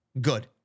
Good